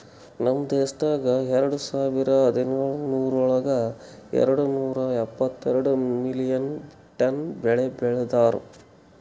ನಮ್ ದೇಶದಾಗ್ ಎರಡು ಸಾವಿರ ಹದಿನೇಳರೊಳಗ್ ಎರಡು ನೂರಾ ಎಪ್ಪತ್ತೆರಡು ಮಿಲಿಯನ್ ಟನ್ ಬೆಳಿ ಬೆ ಳದಾರ್